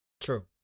True